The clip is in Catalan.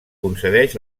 concedeix